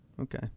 Okay